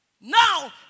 Now